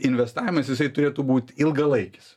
investavimas jisai turėtų būti ilgalaikis